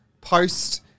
Post